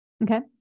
Okay